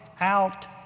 out